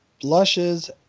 blushes